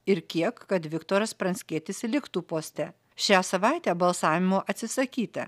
ir kiek kad viktoras pranckietis liktų poste šią savaitę balsavimo atsisakyta